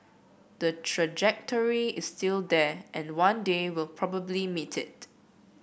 the trajectory is still there and one day we'll probably meet it